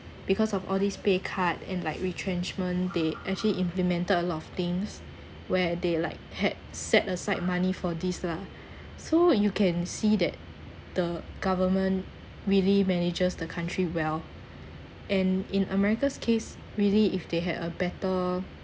because of all these pay cut and like retrenchment they actually implemented a lot of things where they like had set aside money for this lah so you can see that the government really manages the country well and in america's case really if they had a better